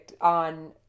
on